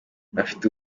bafite